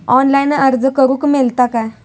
Online अर्ज करूक मेलता काय?